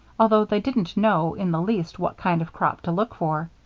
although they didn't know in the least what kind of crop to look for.